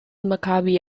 maccabi